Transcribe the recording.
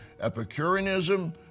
Epicureanism